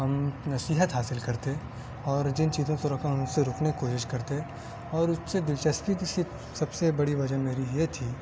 ہم نصیحت حاصل کرتے اور جن چیزوں سے روکا ان سے رکنے کی کوشش کرتے اور اس سے دلچسپی کی جس سے سب سے بڑی وجہ میری یہ تھی